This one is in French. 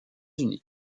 unis